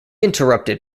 interrupted